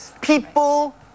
People